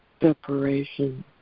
separation